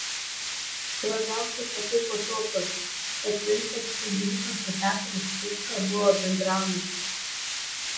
labiausiai patiko topas kad vincas kudirka su petru cvirka buvo bendraamžiai